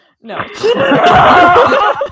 No